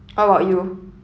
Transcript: how about you